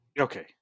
Okay